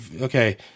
Okay